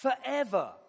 forever